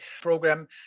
program